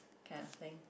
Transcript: kind of thing